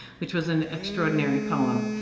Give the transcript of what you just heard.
which was an extraordinary poem.